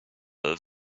have